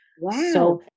Wow